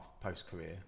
post-career